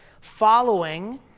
following